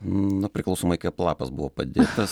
na priklausomai kaip lapas buvo padėtas